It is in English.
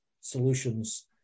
solutions